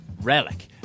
relic